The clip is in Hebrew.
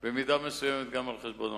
במידה מסוימת גם על חשבון המליאה.